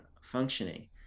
functioning